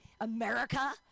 America